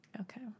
Okay